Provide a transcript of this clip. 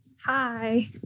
Hi